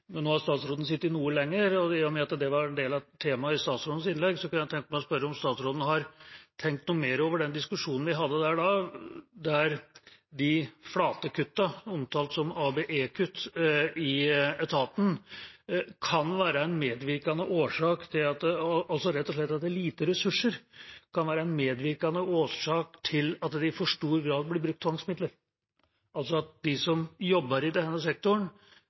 men nå har statsråden sittet noe lenger. Og i og med at dette var en del av temaet i statsrådens innlegg, kunne jeg tenke meg å spørre om statsråden har tenkt noe mer over den diskusjonen vi hadde da, om de flate kuttene i etaten, omtalt som «ABE-kutt», rett og slett at det er lite ressurser, kan være en medvirkende årsak til at det i for stor grad blir brukt tvangsmidler, altså at de som jobber i denne sektoren,